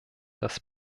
dass